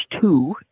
two